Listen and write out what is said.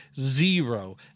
zero